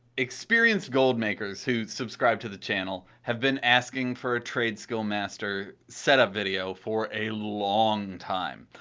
experienced gold makers who subscribe to the channel have been asking for a tradeskillmaster setup video for a long time.